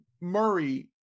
Murray –